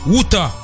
Wuta